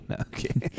okay